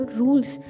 rules